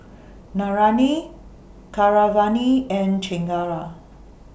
Naraina Keeravani and Chengara